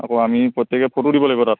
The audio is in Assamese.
আকৌ আমি প্ৰত্যেকে ফটো দিব লাগিব তাত